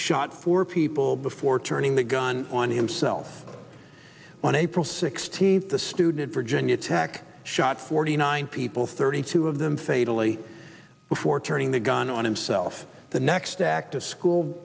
shot four people before turning the gun on himself on april sixteenth the student virginia tech shot forty nine people thirty two of them fatally before turning the gun on himself the next act of school